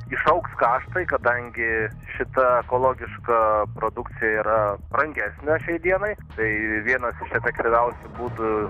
išaugs kaštai kadangi šita ekologiška produkcija yra brangesnė šiai dienai tai vienas efektyviausių būdų